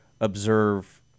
observe